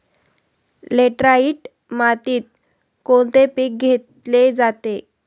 Laterite मातीत कोणते पीक घेतले जाते?